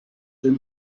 him